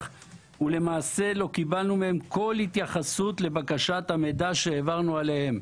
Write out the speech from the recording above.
ולמעשה לא קיבלנו מהם כל התייחסות לבקשת המידע שהעברנו אליהם".